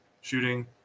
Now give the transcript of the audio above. shooting